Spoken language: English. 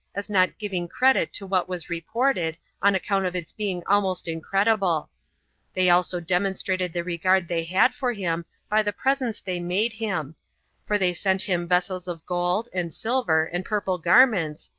as not giving credit to what was reported, on account of its being almost incredible they also demonstrated the regard they had for him by the presents they made him for they sent him vessels of gold, and silver, and purple garments,